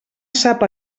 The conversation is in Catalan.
sap